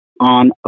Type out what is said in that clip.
on